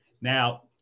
Now